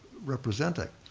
representing,